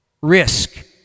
Risk